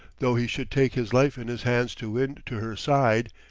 though he should take his life in his hands to win to her side,